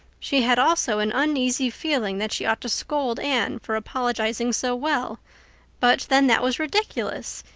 she had also an uneasy feeling that she ought to scold anne for apologizing so well but then, that was ridiculous!